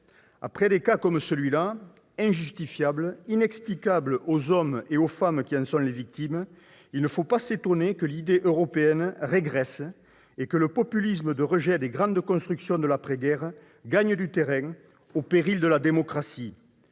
Après des cas comme celui-là, injustifiables, inexplicables aux hommes et aux femmes qui en sont les victimes, il ne faut pas s'étonner que l'idée européenne régresse et que le populisme de rejet des grandes constructions de l'après-guerre gagne du terrain au péril de la démocratie.